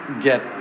get